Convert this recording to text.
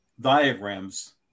diagrams